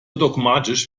dogmatisch